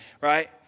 right